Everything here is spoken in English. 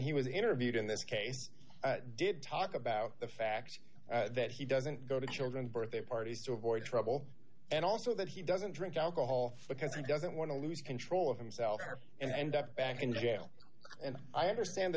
he was interviewed in this case did talk about the fact that he doesn't go to children's birthday parties to avoid trouble and also that he doesn't drink alcohol because he doesn't want to lose control of himself and end up back in jail and i understand the